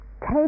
take